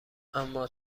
اما